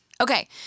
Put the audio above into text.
Okay